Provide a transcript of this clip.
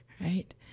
right